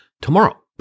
tomorrow